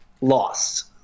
lost